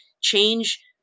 change